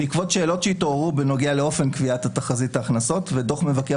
בעקבות שאלות שהתעוררו בנוגע לאופן קביעת תחזית ההכנסות ודוח מבקר